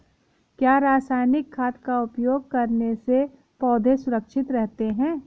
क्या रसायनिक खाद का उपयोग करने से पौधे सुरक्षित रहते हैं?